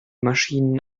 maschinen